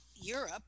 Europe